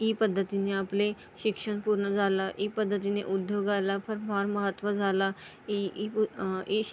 E पद्धतीने आपले शिक्षण पूर्ण झालं ई पद्धतीने उद्योगाला पण फार महत्त्व झाला ई ई ईश